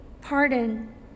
pardon